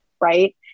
right